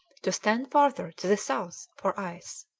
to stand farther to the south for ice.